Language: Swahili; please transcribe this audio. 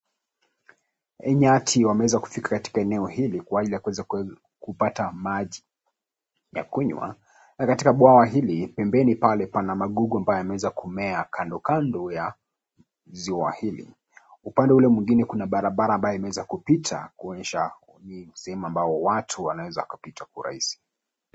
Nyati wameweza kufika eneo hili kwa ajili ya kuweza kupata maji ya kunywa, na katika bwawa hili pembeni pale pana magugu ambayo yameweza kumea kando kando ya ziwa hili. upande ule mwingine kuna barabara ambayo imeweza kupita kuonyesha sehemu ambayo watu wanaweza kupita kwa urahisi.